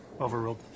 Overruled